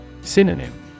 Synonym